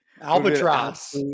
albatross